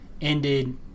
ended